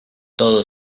todo